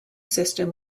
system